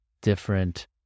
different